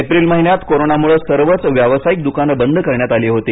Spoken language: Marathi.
एप्रिल महिन्यात कोरोनामुळे सर्वच व्यावसायिक द्काने बंद करण्यात आली होती